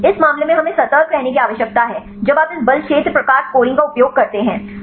इस मामले में हमें सतर्क रहने की आवश्यकता है जब आप इस बल क्षेत्र प्रकार स्कोरिंग का उपयोग करते हैं